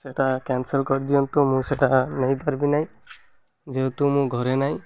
ସେଟା କ୍ୟାନସଲ୍ କରିଦିଅନ୍ତୁ ମୁଁ ସେଟା ନେଇପାରିବି ନାହିଁ ଯେହେତୁ ମୁଁ ଘରେ ନାହିଁ